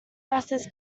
basses